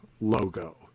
logo